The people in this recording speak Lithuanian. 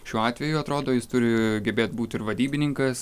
šiuo atveju atrodo jis turi gebėt būti ir vadybininkas